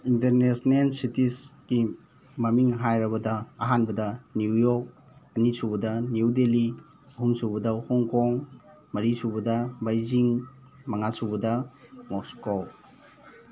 international ꯁꯤꯇꯤꯁꯀꯤ ꯃꯃꯤꯡ ꯍꯥꯏꯔꯕꯗ ꯑꯍꯥꯟꯕꯗ ꯅꯤꯎ ꯌꯣꯔꯛ ꯑꯅꯤꯁꯨꯕꯗ ꯅꯤꯎ ꯗꯦꯜꯍꯤ ꯑꯍꯨꯝꯁꯨꯕꯗ ꯍꯣꯡꯀꯣꯡ ꯃꯔꯤꯁꯨꯕꯗ ꯕꯩꯖꯤꯡ ꯃꯉꯥꯁꯨꯕꯗ ꯃꯣꯁꯀꯣ